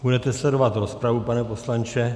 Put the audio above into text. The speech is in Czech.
Budete sledovat rozpravu, pane poslanče.